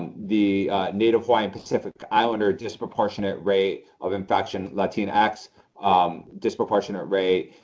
the native hawaiian pacific islander, disproportionate rate of infection. latinx, um disproportionate rate.